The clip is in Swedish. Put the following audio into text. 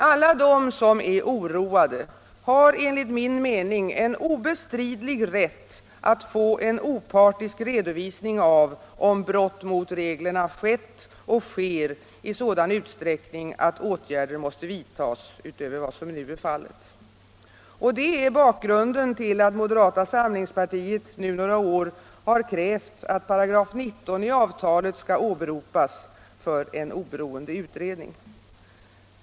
Alla de som är oroade har enligt min mening en obestridlig rätt att få en opartisk redovisning av om brott mot reglerna har skett och sker i sådan utsträckning att åtgärder måste vidtas utöver vad som nu är fallet. Detta är bakgrunden till att moderata samlingspartiet nu några år har krävt att § 19 i avtalet skall åberopas för en oberoende utredning.